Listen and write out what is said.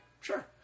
sure